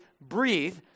breathe